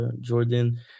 Jordan